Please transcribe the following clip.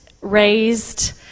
raised